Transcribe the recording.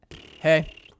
Hey